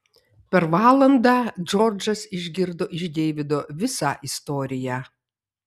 per valandą džordžas išgirdo iš deivido visą istoriją